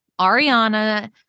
Ariana